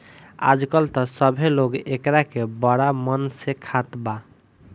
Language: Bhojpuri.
आजकल त सभे लोग एकरा के बड़ा मन से खात बा